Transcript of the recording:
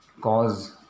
cause